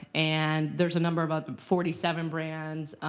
and there's a number of other forty seven brands.